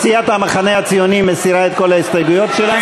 סיעת המחנה הציוני מסירה את כל ההסתייגויות שלה?